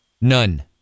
None